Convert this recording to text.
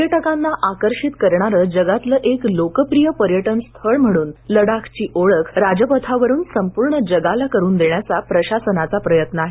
पर्यटकांना आकर्षित करणारं जगातलं एक लोकप्रिय पर्यटन स्थळ म्हणून लडाखची ओळख राजपथावरून संपूर्ण जगाला करून देण्याचा प्रशासनाचा प्रयत्न आहे